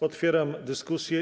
Otwieram dyskusję.